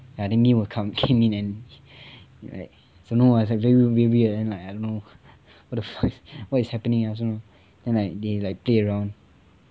then mew will come came in like don't know ah it's very weird and like I don't know what the fuck is happening ah so then like they like play around